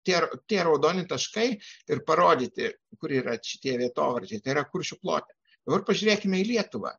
tie tie raudoni taškai ir parodyti kur yra šitie vietovardžiai tai yra kuršių plote dabar pažiūrėkime į lietuvą